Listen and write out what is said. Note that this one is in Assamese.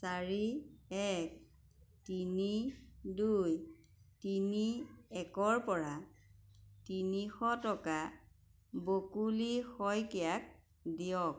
চাৰি এক তিনি দুই তিনি একৰপৰা তিনিশ টকা বকুলি শইকীয়াক দিয়ক